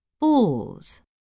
balls